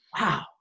Wow